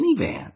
minivan